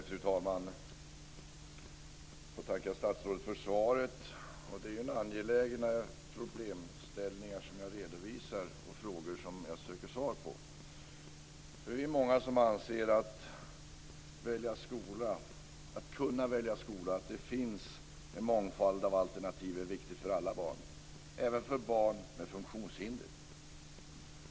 Fru talman! Jag får tacka statsrådet för svaret. Det är angelägna problemställningar som jag redovisar och frågor som jag söker svar på. Vi är många som anser att detta med att kunna välja skola och att det finns en mångfald av alternativ är viktigt för alla barn, även för barn med funktionshinder.